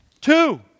Two